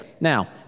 Now